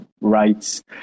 rights